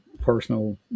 personal